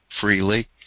freely